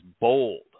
bold